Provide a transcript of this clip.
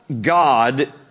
God